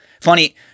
Funny